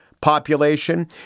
population